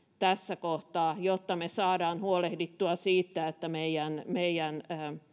tässä kohtaa jotta me saamme huolehdittua siitä että meidän meidän